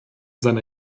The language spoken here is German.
seiner